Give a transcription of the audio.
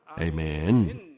Amen